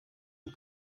und